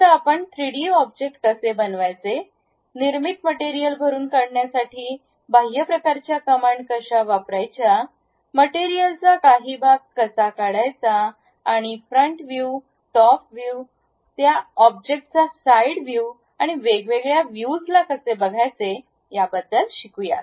आता आपण three D object कसे बनवायचे निर्मित मटेरियल भरून काढण्यासाठी बाह्य प्रकारच्या कमांड कशा वापरायच्या मटेरियलचा काही भाग कसा काढायचा आणि फ्रंट व्ह्यू टॉप व्यू त्या ऑब्जेक्टचा साइड व्ह्यू आणि वेगवेगळ्या व्ह्यूजला कसे बघायचे याबद्दल शिकू